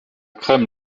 crème